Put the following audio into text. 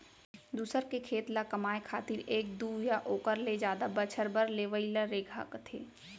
दूसर के खेत ल कमाए खातिर एक दू या ओकर ले जादा बछर बर लेवइ ल रेगहा कथें